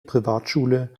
privatschule